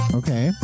okay